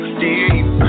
deep